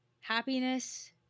Happiness